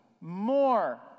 more